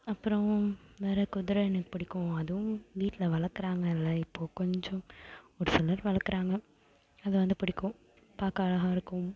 அப்புறம் வேற குதிரை எனக்கு பிடிக்கும் அதுவும் வீட்டில வளர் க்குறாங்கல்ல இப்போது கொஞ்சம் ஒரு சிலர் வளர்க்குறாங்க அதை வந்து பிடிக்கும் பார்க்க அழகாக இருக்கும்